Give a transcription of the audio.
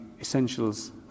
Essentials